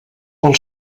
pel